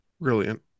Brilliant